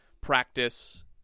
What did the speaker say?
practice